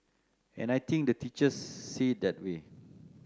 and I think the teachers see it that way